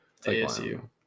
ASU